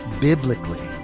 biblically